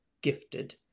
gifted